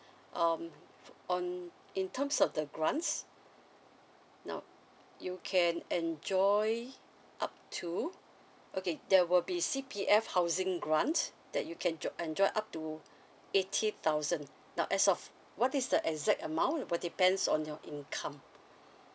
um on in terms of the grants now you can enjoy up to okay there will be C_P_F housing grant that you can jo~ enjoy up to eighty thousand now as of what is the exact amount will depends on your income